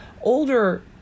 older